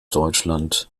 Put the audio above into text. deutschland